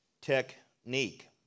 technique